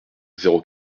zéro